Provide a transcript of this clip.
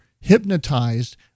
hypnotized